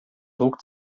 druck